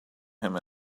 him